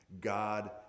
God